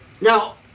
Now